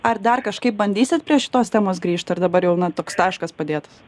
ar dar kažkaip bandysit prie šitos temos grįžt ar dabar jau na toks taškas padėtas